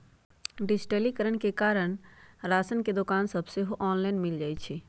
डिजिटलीकरण के कारण राशन के दोकान सभ ऑनलाइन सेहो मिल जाइ छइ